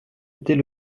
était